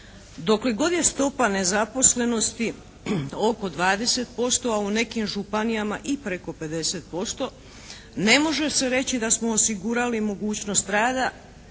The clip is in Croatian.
Dokle god je stopa nezaposlenosti oko 20%, a u nekim županijama i preko 50% ne može se reći da smo osigurali i mogućnost rada